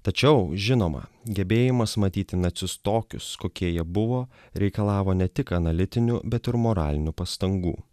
tačiau žinoma gebėjimas matyti nacius tokius kokie jie buvo reikalavo ne tik analitinių bet ir moralinių pastangų